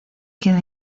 queda